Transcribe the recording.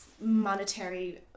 monetary